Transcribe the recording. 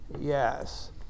Yes